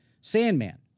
Sandman